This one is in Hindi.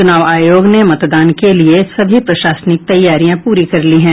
चुनाव आयोग ने मतदान के लिये सभी प्रशासनिक तैयारियां पूरी कर ली है